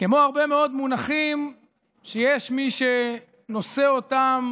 כמו הרבה מאוד מונחים שיש מי שנושא אותם